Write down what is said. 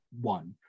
one